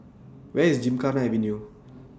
Where IS Gymkhana Avenue